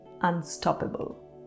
unstoppable